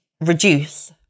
reduce